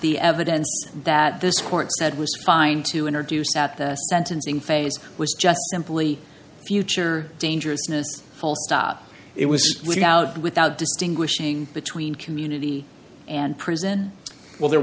the evidence that this court said was fine to introduce at the sentencing phase was just simply future dangerousness full stop it was without without distinguishing between community and prison well there